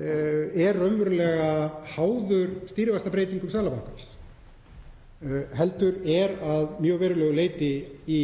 er raunverulega háður stýrivaxtabreytingum Seðlabankans heldur er að mjög verulegu leyti í